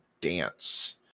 dance